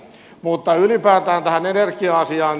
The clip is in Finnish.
mutta ylipäätään tähän energia asiaan